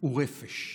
הוא רפש.